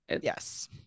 yes